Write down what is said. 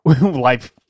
life